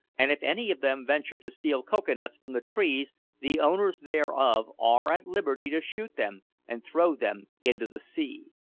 and if any of them venture to steal cocoa-nuts from the trees the owners thereof are at liberty to shoot them and throw them into the sea.